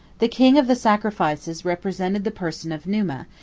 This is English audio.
the king of the sacrifices represented the person of numa,